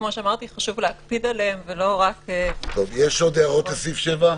עוד הערות לסעיף 7?